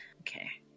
Okay